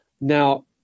Now